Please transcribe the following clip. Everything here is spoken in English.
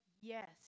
Yes